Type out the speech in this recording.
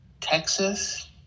Texas